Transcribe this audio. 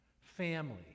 Family